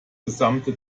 gesamte